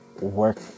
work